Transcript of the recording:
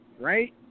right